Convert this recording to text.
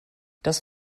das